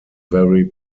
very